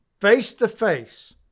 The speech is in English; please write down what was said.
face-to-face